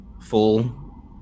full